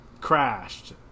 crashed